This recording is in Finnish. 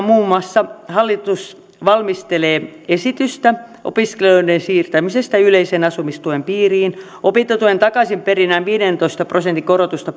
muun muassa valmistelee esitystä opiskelijoiden siirtämisestä yleisen asumistuen piiriin opintotuen takaisinperinnän viidentoista prosentin korotusta